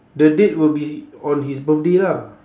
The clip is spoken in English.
the date will be on his birthday lah